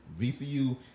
VCU